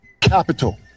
Capital